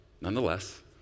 nonetheless